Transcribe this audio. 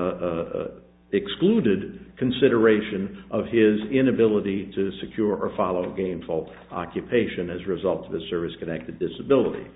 a excluded consideration of his inability to secure or follow gainful occupation as a result of a service connected disability